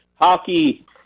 Hockey